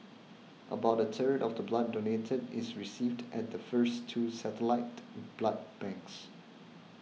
about a third of the blood donated is received at the first two satellite blood banks